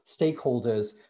stakeholders